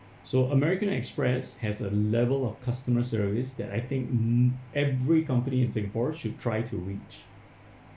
so american express has a level of customer service that I think n~ every company in singapore should try to reach